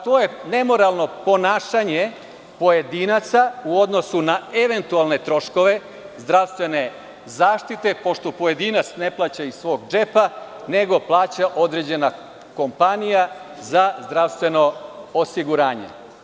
To je nemoralno ponašanje pojedinaca u odnosu na eventualne troškove zdravstvene zaštite, pošto pojedinac ne plaća iz svog džepa nego plaća određena kompanija za zdravstveno osiguranje.